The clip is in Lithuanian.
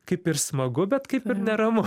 kaip ir smagu bet kaip ir neramu